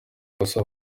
ikosa